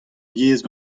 yezh